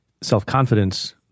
self-confidence